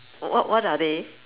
wh~ what are they